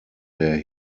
der